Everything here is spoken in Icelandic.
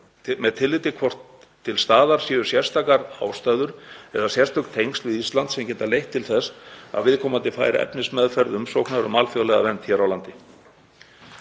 því tilliti hvort til staðar séu sérstakar ástæður eða sérstök tengsl við Ísland sem geta leitt til þess að viðkomandi fær efnismeðferð umsóknar um alþjóðlega vernd hér á landi.